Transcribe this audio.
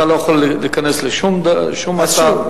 אתה לא יכול להיכנס לשום אתר.